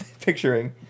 picturing